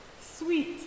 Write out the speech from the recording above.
sweet